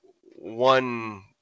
one